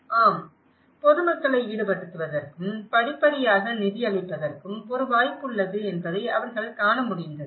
ஆம் பொதுமக்களை ஈடுபடுத்துவதற்கும் படிப்படியாக நிதியளிப்பதற்கும் ஒரு வாய்ப்பு உள்ளது என்பதை அவர்கள் காண முடிந்தது